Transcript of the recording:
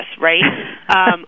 right